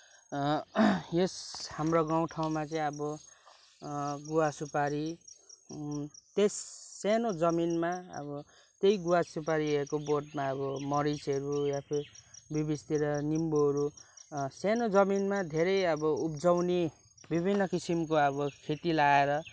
यस हाम्रो गाउँठाउँमा चाहिँ अब गुवा सुपारी त्यस सानो जमिनमा अब त्यही गुवा सुपारीहरूको बोटमा अब मरिचहरू या फिर बिच बिचतिर निम्बुहरू सानो जमिनमा धेरै अब उब्जाउने विभिन्न किसिमको अब खेती लगाएर